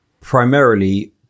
primarily